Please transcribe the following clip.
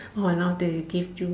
orh now they give you